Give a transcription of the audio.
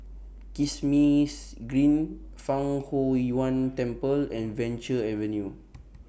Kismis Green Fang Huo Yuan Temple and Venture Avenue